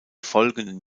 folgenden